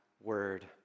word